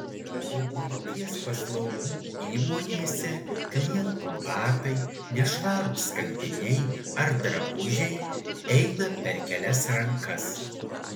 o buities paslaugų įmonėse klientų batai nešvarūs skalbiniai ar drabužiai eina per kelias rankas